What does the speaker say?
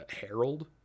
Harold